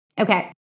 Okay